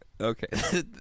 okay